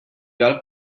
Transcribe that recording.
got